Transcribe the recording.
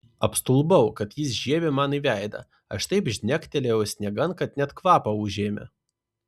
apstulbau kai jis žiebė man į veidą aš taip žnektelėjau sniegan kad net kvapą užėmė